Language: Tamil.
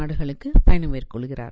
நாடுகளுக்கு பயணம் மேற்கொள்கிறார்